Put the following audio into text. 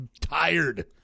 tired